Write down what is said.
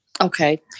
Okay